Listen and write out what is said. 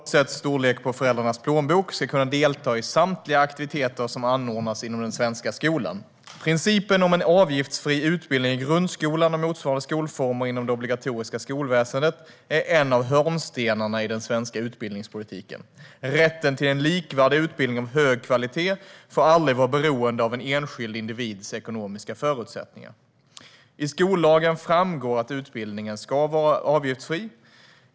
Herr talman! Daniel Riazat har frågat mig vad jag avser att göra för att se till att alla barn, oavsett storleken på föräldrarnas plånbok, ska kunna delta i samtliga aktiviteter som anordnas inom den svenska skolan. Principen om en avgiftsfri utbildning i grundskolan och motsvarande skolformer inom det obligatoriska skolväsendet är en av hörnstenarna inom den svenska utbildningspolitiken. Rätten till en likvärdig utbildning av hög kvalitet får aldrig vara beroende av en enskild individs ekonomiska förutsättningar. I skollagen framgår att utbildningen ska vara avgiftsfri.